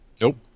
Nope